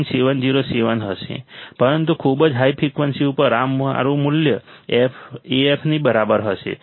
707 હશે પરંતુ ખૂબ જ હાઈ ફ્રિકવન્સી ઉપર મારું મૂલ્ય Af ની બરાબર હશે